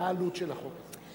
מה עלות הצעת החוק?